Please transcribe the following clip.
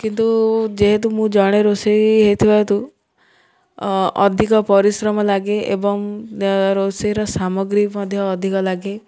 କିନ୍ତୁ ଯେହେତୁ ମୁଁ ଜଣେ ରୋଷେଇ ହେଇଥିବା ହେତୁ ଅଧିକ ପରିଶ୍ରମ ଲାଗେ ଏବଂ ରୋଷେଇର ସାମଗ୍ରୀ ମଧ୍ୟ ଅଧିକ ଲାଗେ